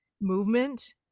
movement